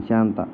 ఆశంతా